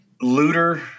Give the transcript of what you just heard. looter